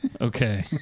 okay